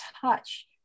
touch